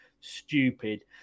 stupid